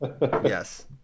Yes